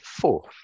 fourth